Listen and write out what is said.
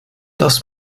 das